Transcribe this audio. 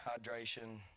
hydration